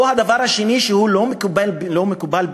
או הדבר השני, שהוא לא מקובל בעיני: